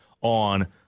on